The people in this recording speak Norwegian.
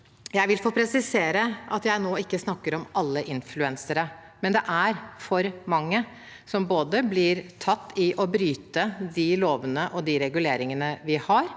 Jeg vil få presisere at jeg nå ikke snakker om alle influensere, men det er for mange som ikke bare blir tatt i å bryte de lovene og reguleringene vi har,